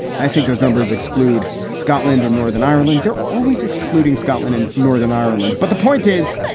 i think those numbers exclude scotland and northern ireland. they're always excluding scotland and northern ireland. but the point is,